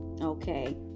Okay